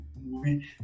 movie